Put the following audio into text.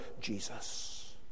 Jesus